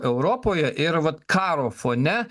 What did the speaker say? europoje ir vat karo fone